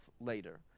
later